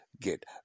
get